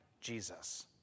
Jesus